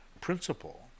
principle